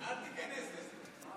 אל תיכנס לזה.